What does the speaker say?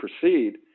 proceed